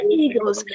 eagles